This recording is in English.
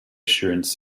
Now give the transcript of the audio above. assurance